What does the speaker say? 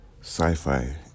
Sci-fi